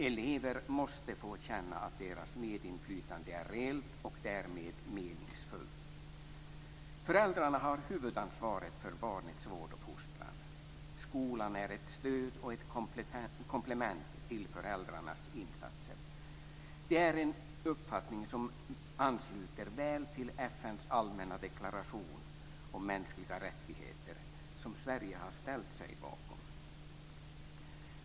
Elever måste få känna att deras medinflytande är reellt och därmed meningsfullt. Föräldrarna har huvudansvaret för barnets vård och fostran. Skolan är ett stöd och ett komplement till föräldrarnas insatser. Det är en uppfattning som ansluter väl till FN:s allmänna deklaration om mänskliga rättigheter som Sverige har ställt sig bakom.